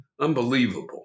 Unbelievable